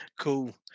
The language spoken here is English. Cool